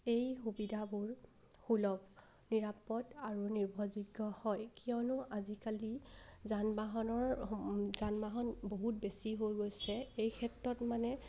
এই সুবিধাবোৰ সুলভ নিৰাপদ আৰু নিৰ্ভৰযোগ্য হয় কিয়নো আজিকালি যান বাহনৰ যান বাহন বহুত বেছি হৈ গৈছে এই ক্ষেত্ৰত মানে